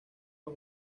los